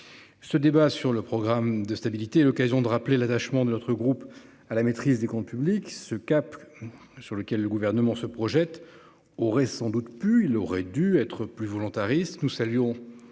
Ce débat sur le programme de stabilité, l'occasion de rappeler l'attachement de l'autre groupe à la maîtrise des comptes publics ce cap sur lequel le gouvernement se projette aurait sans doute pu, il aurait dû être plus volontariste,